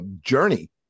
Journey